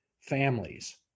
families